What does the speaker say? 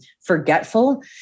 forgetful